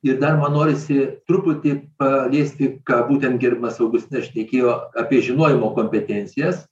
ir dar man norisi truputį paliesti ką būtent gerbiamas augustinas šnekėjo apie žinojimo kompetencijas